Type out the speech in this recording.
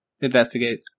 investigate